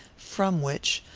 from which,